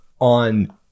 on